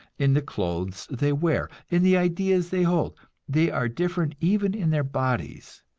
in the clothes they wear, in the ideas they hold they are different even in their bodies,